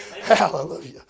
Hallelujah